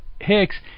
hicks